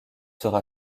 sera